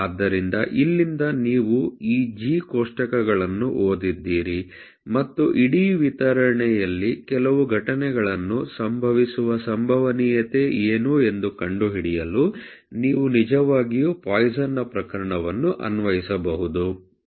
ಆದ್ದರಿಂದ ಇಲ್ಲಿಂದ ನೀವು ಈ g ಕೋಷ್ಟಕವನ್ನು ಓದಿದ್ದೀರಿ ಮತ್ತು ಇಡೀ ವಿತರಣೆಯಲ್ಲಿ ಕೆಲವು ಘಟನೆಗಳು ಸಂಭವಿಸುವ ಸಂಭವನೀಯತೆ ಏನು ಎಂದು ಕಂಡುಹಿಡಿಯಲು ನೀವು ನಿಜವಾಗಿಯೂ ಪಾಯ್ಸನ್ನPoissons ಪ್ರಕರಣವನ್ನು ಅನ್ವಯಿಸಬಹುದು